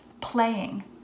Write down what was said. playing